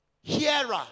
hearer